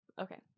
Okay